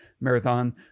marathon